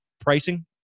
pricing